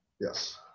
Yes